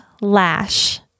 Lash